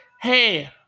hey